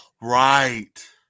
Right